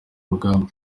rugamba